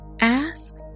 Ask